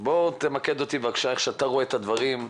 בוא תמקד אותי כפי שאתה רואה את הדברים,